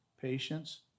patience